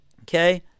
Okay